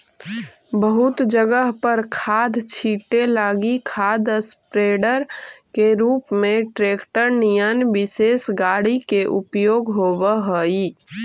बहुत जगह पर खाद छीटे लगी खाद स्प्रेडर के रूप में ट्रेक्टर निअन विशेष गाड़ी के उपयोग होव हई